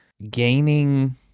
Gaining